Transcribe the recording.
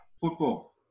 football